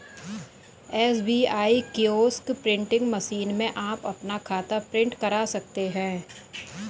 SBI kiosk printing machine में आप अपना खाता प्रिंट करा सकते हैं